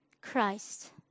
Christ